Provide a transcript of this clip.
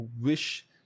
wish